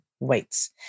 weights